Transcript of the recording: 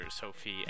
sophie